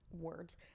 words